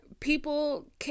People